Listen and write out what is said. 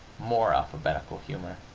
more alphabetical humor.